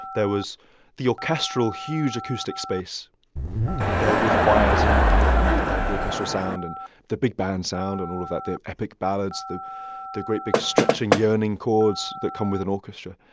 there was the orchestral, huge acoustic space with choirs and and ah and the the orchestral sound and the big band sound and all of that the epic ballads, the the great big stretching, yearning chords that come with an orchestra.